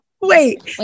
Wait